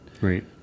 Right